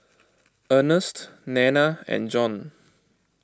Ernest Nanna and Jean